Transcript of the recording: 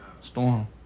storm